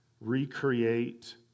recreate